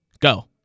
Go